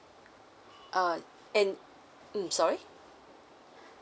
uh and mm sorry